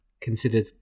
considered